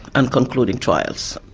and concluding trials.